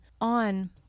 on